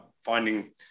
finding